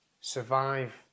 survive